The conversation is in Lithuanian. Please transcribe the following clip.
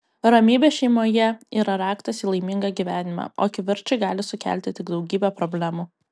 ramybė šeimoje yra raktas į laimingą gyvenimą o kivirčai gali sukelti tik daugybę problemų